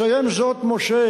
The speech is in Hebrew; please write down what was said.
מסיים זאת משה,